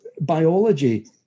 biology